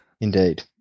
Indeed